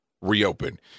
reopen